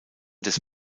des